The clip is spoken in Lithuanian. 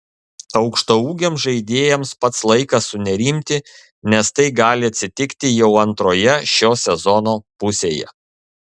aukštaūgiams žaidėjams pats laikas sunerimti nes tai gali atsitikti jau antroje šio sezono pusėje